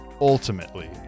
ultimately